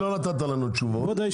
לא נתת לנו תשובות.